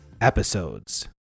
episodes